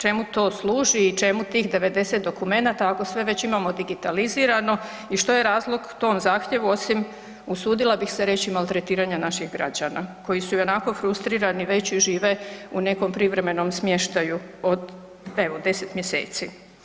Čemu to služi i čemu tih 90 dokumenata ako sve već imamo digitalizirano i što je razlog tom zahtjevu, osim, usudila bih se reći, maltretiranju naših građana koji su ionako frustrirani već i žive u nekom privremenom smještaju od, evo, 10 mjeseci.